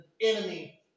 enemy